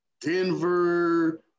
Denver